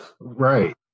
right